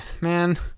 man